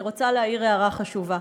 אני רוצה להעיר הערה חשובה: